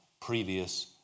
previous